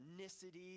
ethnicity